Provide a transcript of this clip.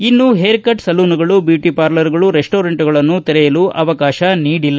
ಇನ್ನು ಹೇರ್ಕಟ್ ಸಲೂನ್ಗಳು ಬ್ಯೂಟ ಪಾರ್ಲರ್ಗಳು ರೆಸ್ಟೋರೆಂಟ್ಗಳನ್ನು ತೆರೆಯಲು ಅವಕಾಶ ನೀಡಿಲ್ಲ